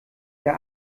der